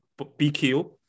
BQ